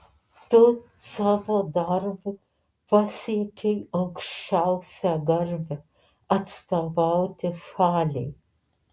tu savo darbu pasiekei aukščiausią garbę atstovauti šaliai